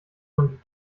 man